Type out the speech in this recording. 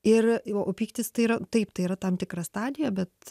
ir o pyktis tai yra taip tai yra tam tikra stadija bet